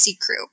crew